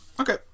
Okay